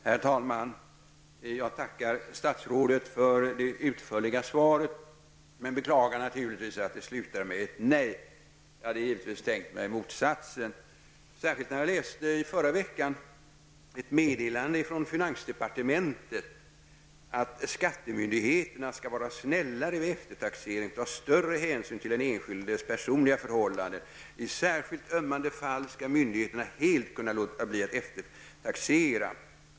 Herr talman! Jag tackar statsrådet för det utförliga svaret men beklagar naturligtvis att det slutade med ett nej. Jag hade givetvis tänkt mig motsatsen, särskilt när jag i förra veckan läste ett meddelande från finansdepartementet om att skattemyndigheterna nu skall vara snällare vid eftertaxeringen och ta större hänsyn till den enskildes personliga förhållanden. I särskilt ömmande fall skall skattemyndigheterna helt låta bli att eftertaxera.